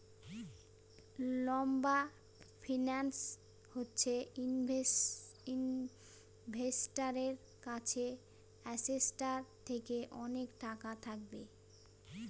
লম্বা ফিন্যান্স হচ্ছে ইনভেস্টারের কাছে অ্যাসেটটার থেকে অনেক টাকা থাকবে